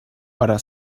para